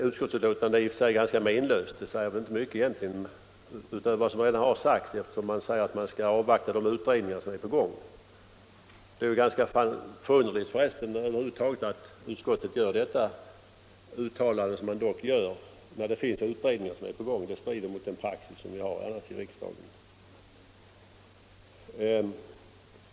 Utskottsbetänkandet i sig är ganska menlöst — det säger egentligen inte mycket utöver vad som redan har sagts i det här ämnet. Utskottet vill avvakta de utredningar som redan är på gång. Det är över huvud taget ganska förunderligt att utskottet gör sitt uttalande när en utredning är på gång — det strider mot den praxis som vi brukar tillämpa här i riksdagen.